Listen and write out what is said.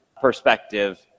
perspective